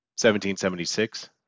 1776